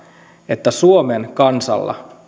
että suomen kansalla